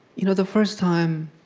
you know the first time,